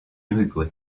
uruguay